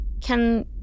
Can-